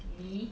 me